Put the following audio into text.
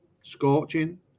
scorching